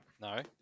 No